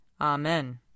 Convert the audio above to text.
Amen